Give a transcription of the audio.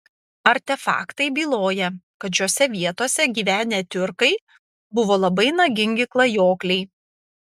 artefaktai byloja kad šiose vietose gyvenę tiurkai buvo labai nagingi klajokliai